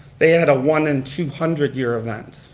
they had a one in two hundred year event.